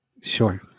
Sure